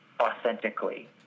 authentically